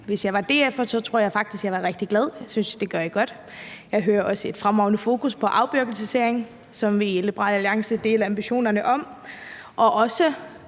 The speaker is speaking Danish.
Hvis jeg var DF'er, tror jeg faktisk, at jeg ville være rigtig glad; jeg synes, at det gør I godt. Jeg hører også et fremragende fokus på afbureaukratisering, som vi i Liberal Alliance deler ambitionerne om, og